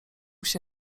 się